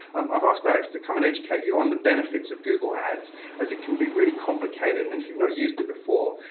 um i've asked alex to come and educate you on the benefits of google ads as it can be really complicated. and if you've not used it before,